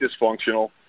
dysfunctional